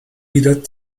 wieder